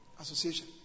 Association